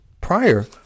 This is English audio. prior